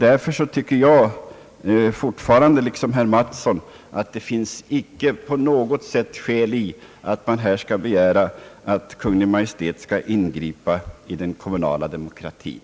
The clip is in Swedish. Därför tycker jag fortfarande, liksom herr Mattsson, att det icke på något sätt finns skäl att begära att Kungl. Maj:t skall ingripa i den kommunala demokratin.